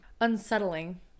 unsettling